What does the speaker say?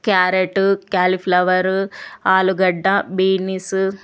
carrot cauliflower ఆలుగడ్డ beans